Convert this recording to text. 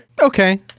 Okay